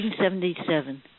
1977